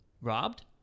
robbed